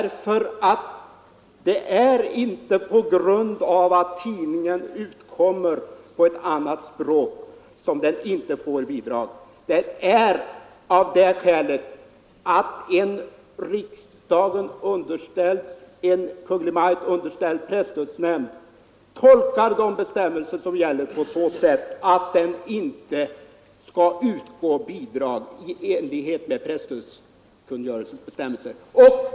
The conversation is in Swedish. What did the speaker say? Det är inte på grund av att tidningen utkommer på ett annat språk som den inte får bidrag, utan det är av det skälet att en Kungl. Maj:t underställd presstödsnämnd tolkar gällande bestämmelser så att bidrag inte skall utgå.